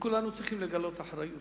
וכולנו צריכים לגלות אחריות.